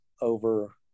over